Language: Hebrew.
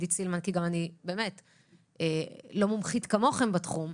אני לא מומחית כמוכם בתחום,